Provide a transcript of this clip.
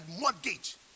mortgage